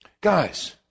Guys